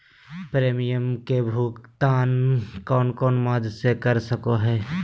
Premium के भुक्तान कौन कौन माध्यम से कर सको है?